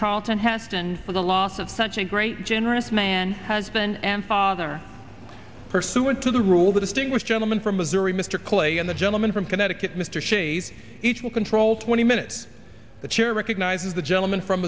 charlton heston for the loss of such a great generous man husband and father pursuant to the rule the distinguished gentleman from missouri mr clay and the gentleman from connecticut mr shays each will control twenty minutes the chair recognizes the gentleman from